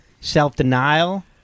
self-denial